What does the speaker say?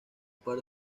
par